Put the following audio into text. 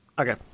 Okay